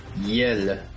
yell